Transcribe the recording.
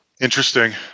Interesting